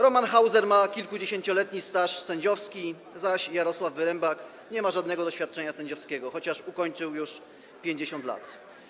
Roman Hauser ma kilkudziesięcioletni staż sędziowski, zaś Jarosław Wyrembak nie ma żadnego doświadczenia sędziowskiego, chociaż ukończył już 50 lat.